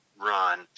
run